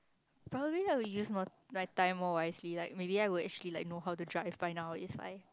probably I will use more my time more wisely like maybe I would actually like know how to drive by now if I